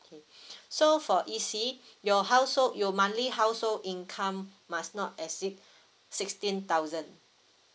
okay so for E_C your household your monthly household income must not exceed sixteen thousand